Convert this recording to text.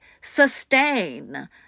Sustain